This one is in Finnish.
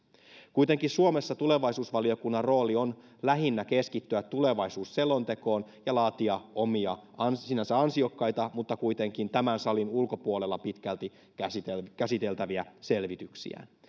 kuitenkin suomessa tulevaisuusvaliokunnan rooli on lähinnä keskittyä tulevaisuusselontekoon ja laatia omia sinänsä ansiokkaita mutta kuitenkin tämän salin ulkopuolella pitkälti käsiteltäviä käsiteltäviä selvityksiään